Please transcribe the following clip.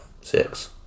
six